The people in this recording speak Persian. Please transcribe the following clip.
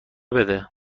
بده